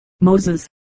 Moses